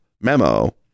memo